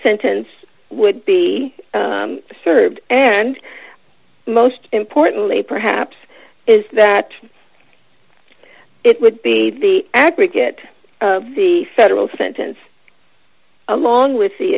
sentence would be served and most importantly perhaps is that it would be the aggregate the federal sentence along with the